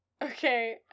Okay